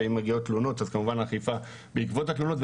אם מגיעות תלונות אז כמובן אכיפה בעקבות התלונות,